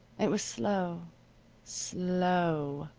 it was slow slow.